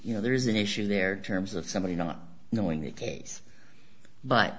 you know there is an issue there terms of somebody not knowing the case but